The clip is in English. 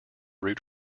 root